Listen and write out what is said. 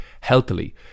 healthily